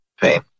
pain